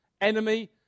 enemy